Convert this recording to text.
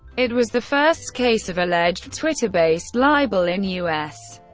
it was the first case of alleged twitter-based libel in u s.